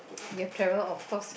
you have travel of course